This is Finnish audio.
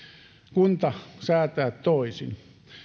kunta säätää toisin